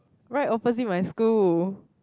right opposite my school